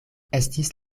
estis